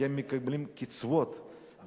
כי הן מקבלות קצבאות,